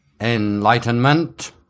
enlightenment